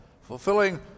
Fulfilling